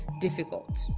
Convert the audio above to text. difficult